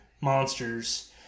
Monsters